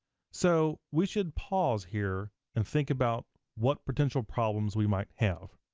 so, we should pause here and think about what potential problems we might have.